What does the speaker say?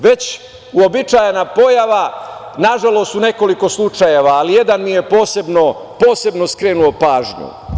Već uobičajena pojava, nažalost, u nekoliko slučajeva, ali jedan mi je posebno skrenuo pažnju.